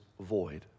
void